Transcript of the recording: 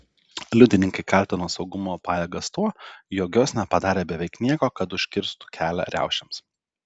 liudininkai kaltino saugumo pajėgas tuo jog jos nepadarė beveik nieko kad užkirstų kelią riaušėms